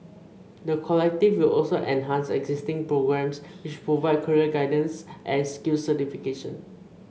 the Collective will also enhance existing programmes which provide career guidance and skills certification